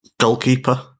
goalkeeper